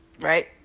Right